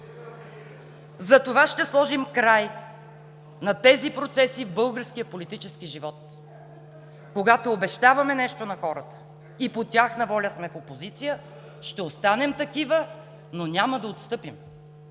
За това ще сложим край на тези процеси в българския политически живот. Когато обещаваме нещо на хората и по тяхна воля сме в опозиция, ще останем такива, но няма да отстъпим,